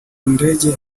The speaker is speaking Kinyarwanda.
ndenge